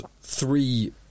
three